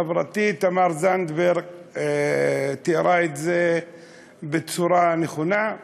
חברתי תמר זנדברג תיארה את זה בצורה נכונה,